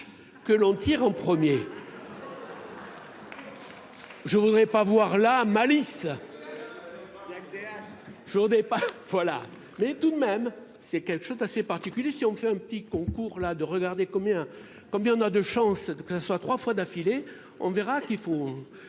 que l'on tire un premier. Je voudrais pas voir la malice. Je voudrais pas voilà, mais tout de même c'est quelque chose d'assez particulier, si on fait un petit concours là de regarder combien combien on a de chances que ça soit 3 fois d'affilée. On verra qu'il faut